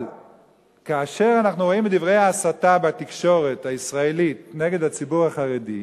אבל כאשר אנחנו רואים את דברי ההסתה בתקשורת הישראלית נגד הציבור החרדי,